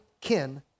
kin